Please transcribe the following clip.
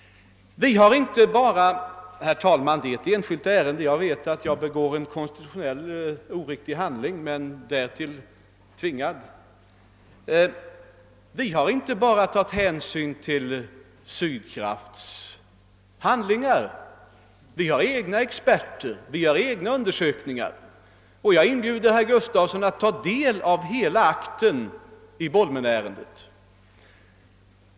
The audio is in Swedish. Herr talman! Jag vet att vi nu behandlar ett enskilt ärende och att jag begår en konstitutionellt oriktig handling, men jag känner mig tvingad därtill. Vi har inte enbart tagit hänsyn till Sydvattens handlingar. Vi har anlitat egna experter och gjort egna undersökningar. Jag inbjuder herr Gustavsson att ta del av hela akten i Bolmenärendet.